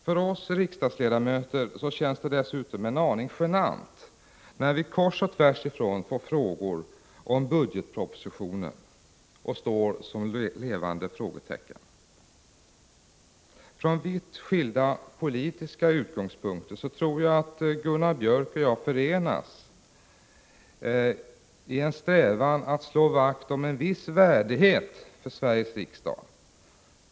För oss riksdagsledamöter känns det dessutom en aning genant när vi kors och tvärs får frågor om budgetpropositionen och står som levande frågetecken. Från vitt skilda politiska utgångspunkter tror jag att Gunnar Biörck i Värmdö och jag förenas i en strävan att slå vakt om en viss värdighet för Sveriges riksdag.